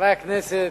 חברי הכנסת,